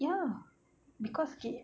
ya cause K